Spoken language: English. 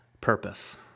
purpose